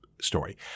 story